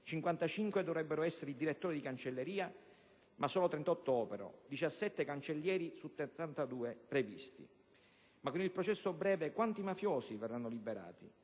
55 dovrebbero essere i direttori di cancelleria ma solo 38 operano; 17 i cancellieri sui 72 previsti. Ma con il processo breve quanti mafiosi verranno liberati?